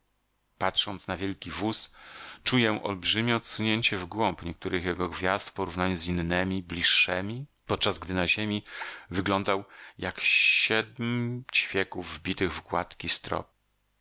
patrząc na wielki wóz czuję olbrzymie odsunięcie w głąb niektórych jego gwiazd w porównaniu z innemi bliższemi podczas gdy na ziemi wyglądał jak siedm ćwieków wbitych w gładki strop